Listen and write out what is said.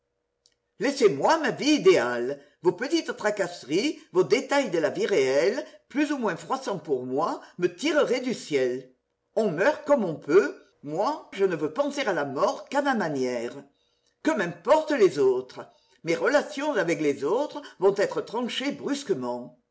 laissez-moi ma vie idéale vos petites tracasseries vos détails de la vie réelle plus ou moins froissants pour moi me tireraient du ciel on meurt comme on peut moi je ne veux penser à la mort qu'à ma manière que m'importent les autres mes relations avec les autres vont être tranchées brusquement